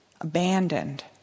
abandoned